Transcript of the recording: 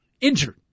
injured